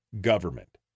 government